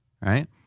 right